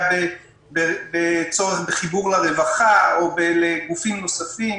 בצורך בחיבור לרווחה או לגופים נוספים